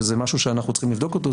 וזה משהו שאנחנו צריכים לבדוק אותו,